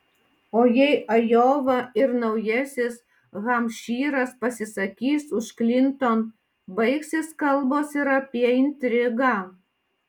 o jei ajova ir naujasis hampšyras pasisakys už klinton baigsis kalbos ir apie intrigą